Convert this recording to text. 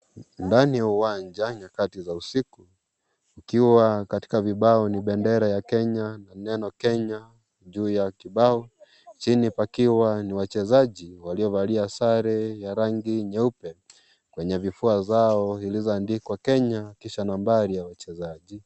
Ndani ya uwanja, nyakati za usiku. Ikiwa katika vibao ni bendera ya Kenya ni neno Kenya, juu ya kibao. Chini pakiwa na wachezaji waliovalia sare ya rangi nyeupe, kwenye vifua zao, zilizoandikwa Kenya, kisha nambari ya wachezaji.